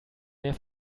der